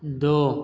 دو